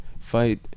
fight